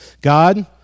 God